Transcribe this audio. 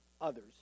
others